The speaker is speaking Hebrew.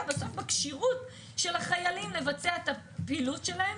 בכשירות של החיילים לבצע את הפעילות שלהם,